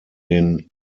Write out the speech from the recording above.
den